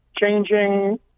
changing